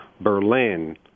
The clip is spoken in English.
Berlin